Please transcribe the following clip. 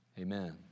Amen